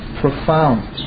Profound